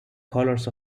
colors